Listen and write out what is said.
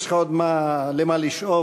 יש לך עוד למה לשאוף,